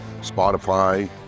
Spotify